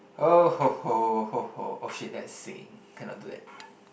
(oh ho ho ho ho) oh shit that's singing cannot do that